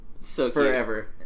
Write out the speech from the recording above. forever